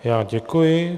Já děkuji.